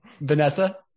Vanessa